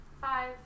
Five